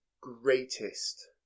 greatest